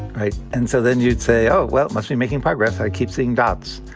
right? and so then you'd say, oh well, like be making progress. i keep seeing dots.